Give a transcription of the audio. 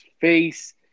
face